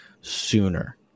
sooner